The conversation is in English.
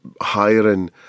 Hiring